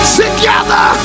together